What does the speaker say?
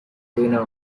greener